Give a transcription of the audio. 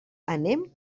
anem